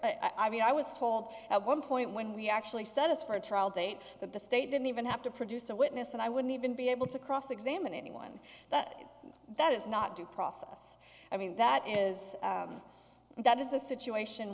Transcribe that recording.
lawyers i mean i was told at one point when we actually sent us for a trial date that the state didn't even have to produce a witness and i wouldn't even be able to cross examine anyone that that is not due process i mean that is that is a situation